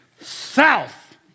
South